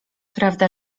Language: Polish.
prawda